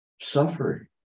suffering